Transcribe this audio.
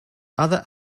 other